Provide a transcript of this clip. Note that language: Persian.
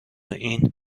این